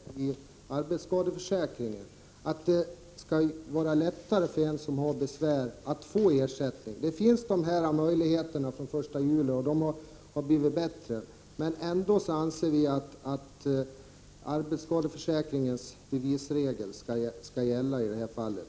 Fru talman! Vi har i vår reservation hänvisat till bevisregeln i arbetsskadeförsäkringen. Det skall vara lättare för en som har besvär att få ersättning. Det finns möjligheter till ersättning från den 1 juli, och möjligheten har blivit större. Vi anser ändå att arbetsskadeförsäkringens bevisregel skall gälla i det här fallet.